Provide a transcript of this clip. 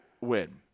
win